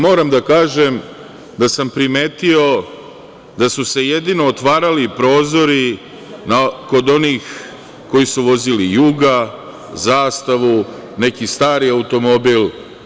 Moram da kažem da sam primetio da su se jedino otvarali prozori kod onih koji su vozili „Juga“, „Zastavu“, neki stari automobil.